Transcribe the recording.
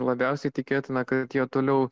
labiausiai tikėtina kad jie toliau